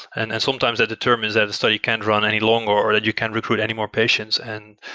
and and sometimes that determines that study can't run any longer, or that you can't recruit any more patients. and